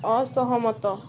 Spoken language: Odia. ଅସହମତ